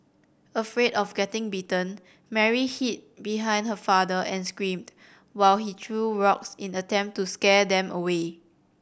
afraid of getting bitten Mary hid behind her father and screamed while he threw rocks in an attempt to scare them away